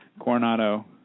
Coronado